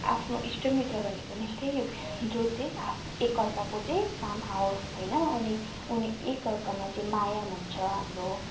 आफ्नो इष्ट मित्र भनेको नै त्यही हो जो चाहिँ एकअर्काको चाहिँ काम आवोस् होइन अनि उनी एक अर्कामा चागिँ माया पनि हुन्छ हाम्रो